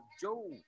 Joe